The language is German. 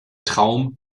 traum